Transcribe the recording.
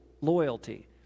loyalty